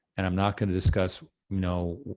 and i'm not gonna discuss no,